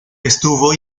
estuvo